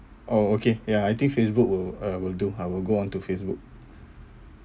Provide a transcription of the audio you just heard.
oh okay ya I think facebook will uh will do I will go on to facebook